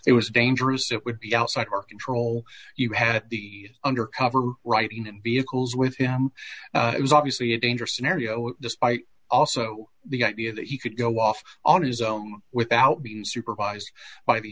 it was dangerous it would be outside our control you had at the under cover right in vehicles with him it was obviously a dangerous scenario despite also the idea that he could go off on his own without being supervised by the